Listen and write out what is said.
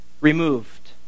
removed